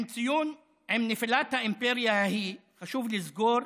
עם ציון נפילת האימפריה ההיא חשוב לזכור,